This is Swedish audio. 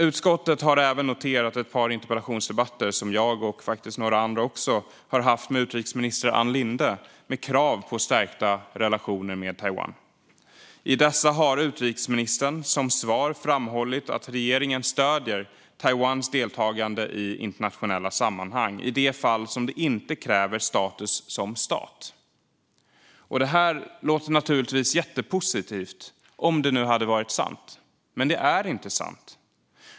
Utskottet har även noterat ett par interpellationsdebatter som jag, och faktiskt också några andra, har haft med utrikesminister Ann Linde gällande krav på stärkta relationer med Taiwan. I dessa har utrikesministern som svar framhållit att regeringen stöder Taiwans deltagande i internationella sammanhang i de fall det inte kräver status som stat. Det hade naturligtvis varit jättepositivt - om det nu hade varit sant, men det är inte sant.